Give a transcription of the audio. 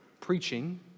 preaching